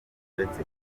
uretse